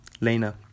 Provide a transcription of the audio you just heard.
Lena